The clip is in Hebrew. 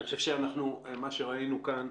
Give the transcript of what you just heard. אני חושב שמה שראינו כאן,